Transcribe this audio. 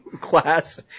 class